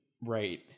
Right